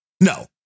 No